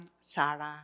Sarah